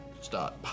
start